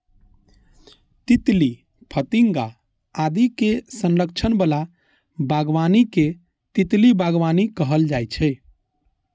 तितली, फतिंगा आदि के संरक्षण बला बागबानी कें तितली बागबानी कहल जाइ छै